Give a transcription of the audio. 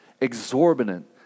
Exorbitant